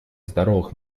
здоровых